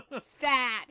Sad